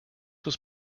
was